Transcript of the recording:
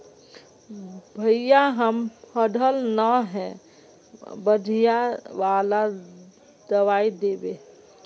भैया हम पढ़ल न है बढ़िया वाला दबाइ देबे?